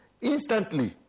instantly